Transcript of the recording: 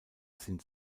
sind